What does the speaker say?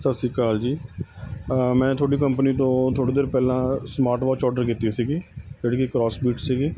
ਸਤਿ ਸ਼੍ਰੀ ਅਕਾਲ ਜੀ ਮੈਂ ਤੁਹਾਡੀ ਕੰਪਨੀ ਤੋਂ ਥੋੜੀ ਦੇਰ ਪਹਿਲਾਂ ਸਮਾਟਵੋਚ ਔਡਰ ਕੀਤੀ ਸੀਗੀ ਜਿਹੜੀ ਕਿ ਕਰੋਸਬੀਟ ਸੀਗੀ